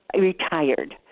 retired